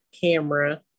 camera